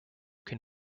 can